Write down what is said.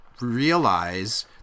realize